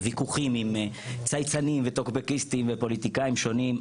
ויכוחים עם צייצניים וטוקבקיסטים ופוליטיקאים שונים,